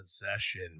possession